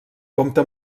compta